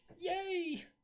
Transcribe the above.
Yay